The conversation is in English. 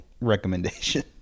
recommendation